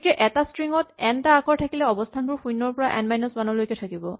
গতিকে এটা ষ্ট্ৰিং ত এন টা আখৰ থাকিলে অৱস্হানবোৰ শূণ্যৰ পৰা এন মাইনাচ ৱান লৈকে থাকিব